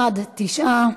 בעד, 9,